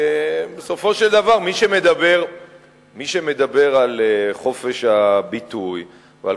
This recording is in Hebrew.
שבסופו של דבר מי שמדבר על חופש הביטוי ועל